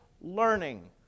learning